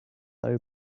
low